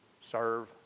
serve